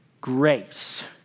grace